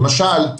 למשל,